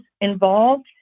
involved